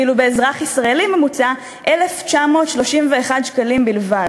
ואילו באזרח ישראלי ממוצע, 1,931 שקל בלבד.